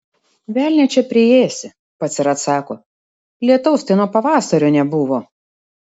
velnią čia priėsi pats ir atsako lietaus tai nuo pavasario nebuvo